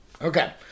Okay